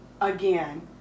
again